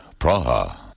Praha